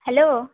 hello